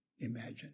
imagine